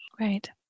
Right